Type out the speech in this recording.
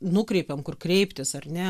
nukreipiam kur kreiptis ar ne